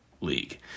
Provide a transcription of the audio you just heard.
League